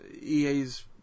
EA's